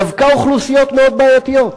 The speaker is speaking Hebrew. דווקא אוכלוסיות מאוד בעייתיות,